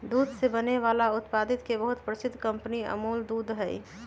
दूध से बने वाला उत्पादित के बहुत प्रसिद्ध कंपनी अमूल दूध हई